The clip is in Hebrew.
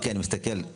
לא כי אני מסתכל ,